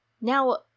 Now